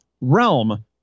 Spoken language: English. realm